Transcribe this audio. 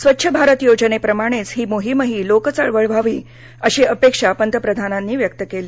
स्वच्छ भारत योजने प्रमाणेच ही मोहीमही लोकचळवळ व्हावी अशी अपेक्षा पंतप्रधानांनी व्यक्त केली